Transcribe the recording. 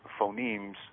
phonemes